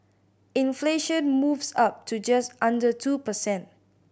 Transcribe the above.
inflation moves up to just under two per cent